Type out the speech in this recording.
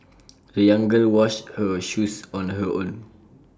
the young girl washed her shoes on her own